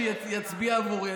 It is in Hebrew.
שיצביע עבורי.